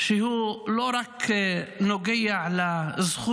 שלא נוגע רק לזכות